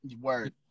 word